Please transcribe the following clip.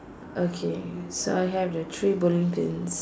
okay so I have the three bowling pins